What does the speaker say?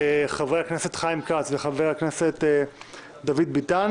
חבר הכנסת חיים כץ וחבר הכנסת דוד ביטן